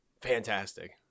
fantastic